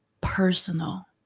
personal